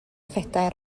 phedair